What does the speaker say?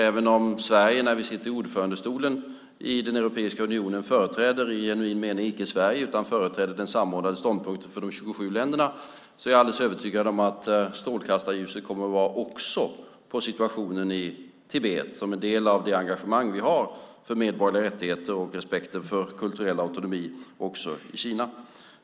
Även om Sverige när vi sitter i ordförandestolen i Europeiska unionen i genuin mening inte företräder Sverige utan den samordnade ståndpunkten för de 27 länderna är jag alldeles övertygad om att strålkastarljuset också kommer att vara på situationen i Tibet som en del av det engagemang som vi har för medborgerliga rättigheter och respekten för kulturell autonomi också i Kina.